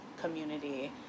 community